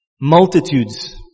multitudes